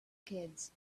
kids